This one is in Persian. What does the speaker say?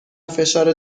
فشار